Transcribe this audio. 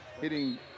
hitting